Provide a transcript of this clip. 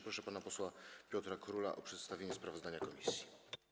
Proszę pana posła Piotra Króla o przedstawienie sprawozdania komisji.